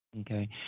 Okay